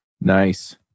nice